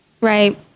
Right